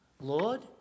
Lord